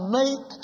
make